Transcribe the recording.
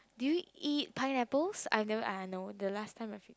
do you eat pineapples I never I know the last time I feed